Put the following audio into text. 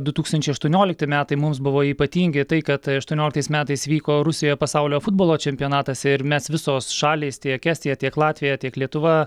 du tūkstančiai aštuoniolikti metai mums buvo ypatingi tai kad aštuonioliktais metais vyko rusijoje pasaulio futbolo čempionatas ir mes visos šalys tiek estija tiek latvija tiek lietuva